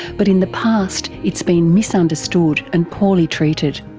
but in the past it's been misunderstood and poorly treated.